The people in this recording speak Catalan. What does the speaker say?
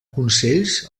consells